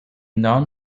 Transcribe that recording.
non